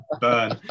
burn